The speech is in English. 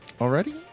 Already